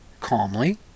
calmly